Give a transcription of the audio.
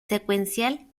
secuencial